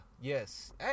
yes